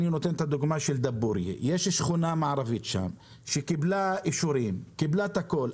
בדבורייה יש שכונה מערבית שקיבלה אישורים והכול.